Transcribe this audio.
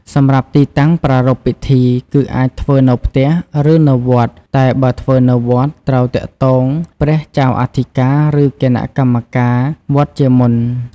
សម្រាប់ទីតាំងប្រារព្វពិធី គឺ អាចធ្វើនៅផ្ទះ ឬនៅវត្ត តែបើធ្វើនៅវត្ត ត្រូវទាក់ទងព្រះចៅអធិការ ឬគណៈកម្មការវត្តជាមុន។